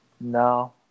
No